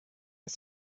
was